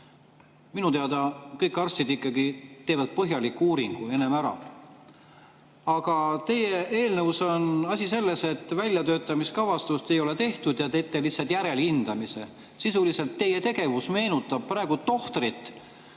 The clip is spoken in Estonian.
Minu teada kõik arstid ikkagi teevad põhjaliku uuringu enne ära. Aga teie eelnõu puhul on asi selles, et väljatöötamiskavatsust ei ole tehtud, te teete lihtsalt järelhindamise. Sisuliselt teie tegevus meenutab praegu tohtrit,